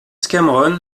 cameron